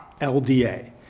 LDA